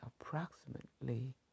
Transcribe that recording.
approximately